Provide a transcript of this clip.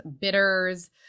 bitters